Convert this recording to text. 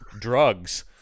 drugs